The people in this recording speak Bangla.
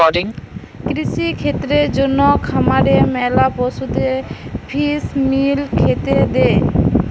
কৃষিক্ষেত্রের জন্যে খামারে ম্যালা পশুদের ফিস মিল খেতে দে